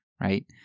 right